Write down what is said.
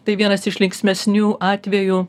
tai vienas iš linksmesnių atvejų